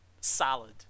salad